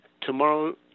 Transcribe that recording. tomorrow